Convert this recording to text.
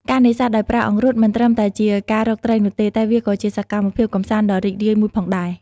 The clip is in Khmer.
ការនេសាទដោយប្រើអង្រុត មិនត្រឹមតែជាការរកត្រីនោះទេ តែវាក៏ជាសកម្មភាពកម្សាន្តដ៏រីករាយមួយផងដែរ។